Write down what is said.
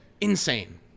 insane